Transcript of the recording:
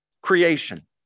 Creation